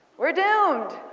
we're doomed!